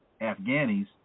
Afghanis